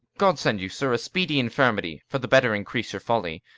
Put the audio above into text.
god send you, sir, a speedy infirmity, for the better increasing your folly!